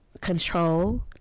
control